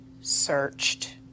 searched